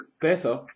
better